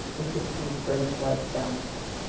we could see the brigand lights down there.